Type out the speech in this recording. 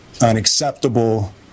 unacceptable